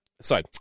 sorry